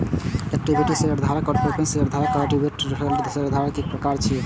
equity शेयरधारक, preference शेयरधारक आ डिवेंचर होल्डर शेयरधारक के प्रकार छियै